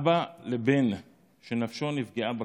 אבא לבן שנפשו נפגעה בקרב,